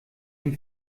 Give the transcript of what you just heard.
dem